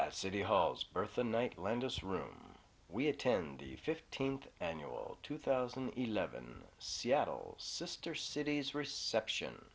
city halls burthen night lend us room we attend the fifteenth annual two thousand and eleven seattle sister cities reception